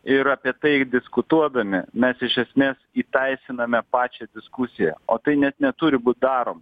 ir apie tai diskutuodami mes iš esmės įteisiname pačią diskusiją o tai net neturi būt daroma